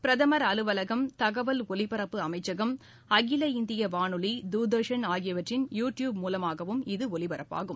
பிரதமர் அலுவலகம் தகவல் ஒலிப்பரப்பு அமைச்சகம் அகில இந்திய வானொலி தூர்தர்ஷன் ஆகியவற்றின் யூ டியூப் மூலமாகவும் இது ஒளிபரப்பாகும்